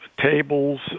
tables